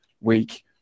week